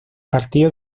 partido